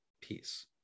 peace